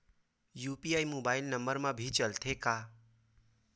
UPI mobile number मा भी चलते हे का?